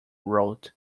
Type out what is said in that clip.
wrote